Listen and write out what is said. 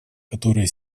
которая